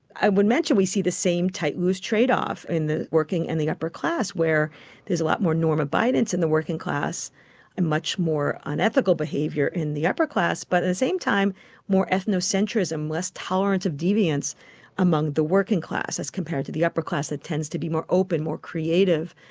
i would mention we see the same tight loose trade-off in the working and the upper class where there's a lot more norm abidance in the working class and much more unethical behaviour in the upper class, but at the same time more ethnocentrism, less tolerance of deviance among the working class as compared to the upper class, it tends to be more open, more creative.